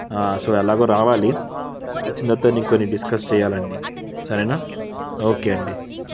so ఎలాగో రావాలి వచ్చిన తర్వాత నేను కొన్ని డిస్కస్ చేయాలండి సరేనా ఓకే అండి